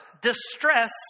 distress